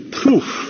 proof